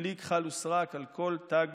בלי כחל ושרק, על כל תג